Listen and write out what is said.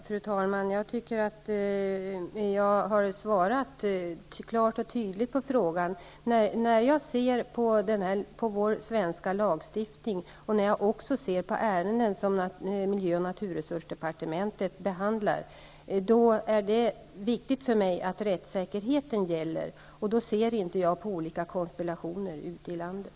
Fru talman! Jag tycker att jag har svarat klart och tydligt på frågan. När jag ser på vår svenska lagstiftning och på ärenden som miljö och naturresursdepartementet behandlar, då är det viktigt för mig att rättssäkerheten gäller, och jag tar inte i beaktande konstellationer ute i landet.